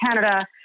Canada